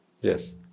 yes